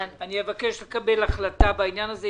אבקש לקבל החלטה בעניין הזה.